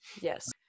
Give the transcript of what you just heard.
Yes